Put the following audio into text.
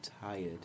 tired